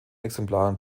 exemplaren